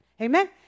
Amen